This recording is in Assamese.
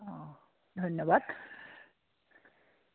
অঁ ধন্যবাদ